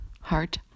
heart